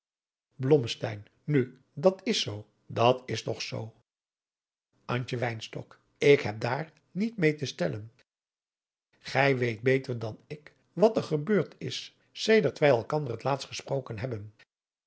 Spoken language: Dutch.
nu dat is zoo dat is toch zoo antje wynstok ik heb daar niet meê te stellen gij weet beter dan ik wat er gebeurd is sedert wij elkander het laatst gesproken hebben